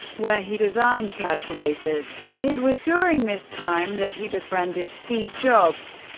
where he designed calculators. it was during this time that he befriended steve jobs.